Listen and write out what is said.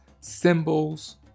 symbols